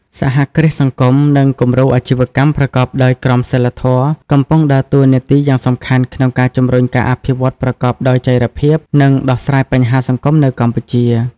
សហគ្រាសសង្គមនិង គំរូអាជីវកម្មប្រកបដោយក្រមសីលធម៌កំពុងដើរតួនាទីយ៉ាងសំខាន់ក្នុងការជំរុញការអភិវឌ្ឍប្រកបដោយចីរភាព និងដោះស្រាយបញ្ហាសង្គមនៅកម្ពុជា ។